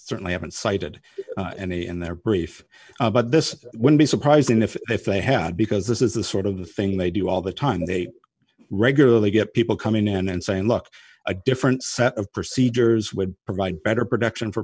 certainly haven't cited any in their brief but this would be surprising if if they had because this is the sort of the thing they do all the time they regularly get people coming in and saying look a different set of procedures would provide better production for